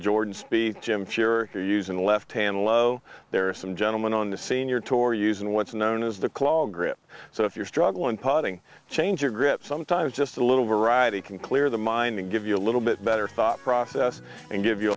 jordan speed jim sure you're using a left hand low there are some gentlemen on the senior tour using what's known as the claw grip so if you're struggling putting change your grip sometimes just a little variety can clear the mind and give you a little bit better thought process and give you